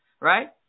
right